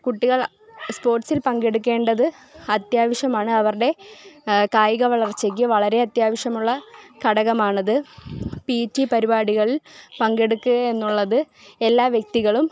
കുട്ടികൾ സ്പോർടസിൽ പങ്കെടുക്കേണ്ടത് അത്യാവശ്യമാണ് അവരുടെ കായിക വളർച്ചയ്ക്ക് വളരെ അത്യാവശ്യമുള്ള ഘടകമാണത് പി റ്റി പരിപാടിയിൽ പങ്കെടുക്കുക എന്നുള്ളത് എല്ലാ വ്യക്തികളും